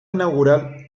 inaugural